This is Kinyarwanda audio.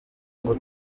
ngo